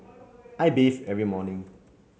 I bathe every morning